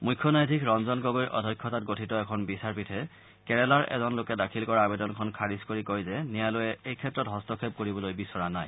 মুখ্য ন্যায়াধীশ ৰঞ্জন গগৈৰ অধ্যক্ষতাত গঠিত এখন বিচাৰপীঠে কেৰালাৰ এজন লোকে দাখিল কৰা আৱেদনখন খাৰিজ কৰি কয় যে ন্যায়ালয়ে এই ক্ষেত্ৰত হস্তক্ষেপ কৰিবলৈ বিচৰা নাই